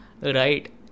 Right